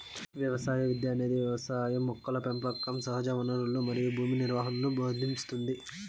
వ్యవసాయ విద్య అనేది వ్యవసాయం మొక్కల పెంపకం సహజవనరులు మరియు భూమి నిర్వహణను భోదింస్తుంది